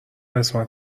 بهترین